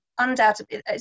undoubtedly